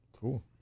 Cool